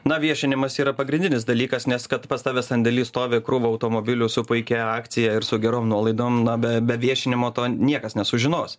na viešinimas yra pagrindinis dalykas nes kad pas tave sandėly stovi krūva automobilių su puikia akcija ir su gerom nuolaidom na be be viešinimo to niekas nesužinos